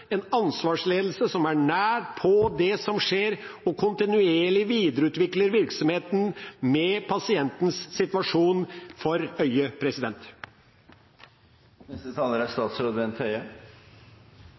en ansvarsledelse som er nær på det som skjer, og kontinuerlig videreutvikler virksomheten med pasientens situasjon for øye. Riksrevisjonens undersøkelse av styring av pleieressursene i helseforetakene viser at det er